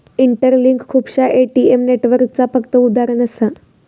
interlink खुपश्या ATM नेटवर्कचा फक्त उदाहरण असा